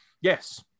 Yes